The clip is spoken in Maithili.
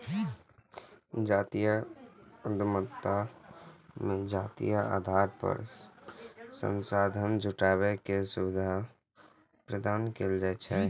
जातीय उद्यमिता मे जातीय आधार पर संसाधन जुटाबै के सुविधा प्रदान कैल जाइ छै